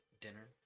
dinner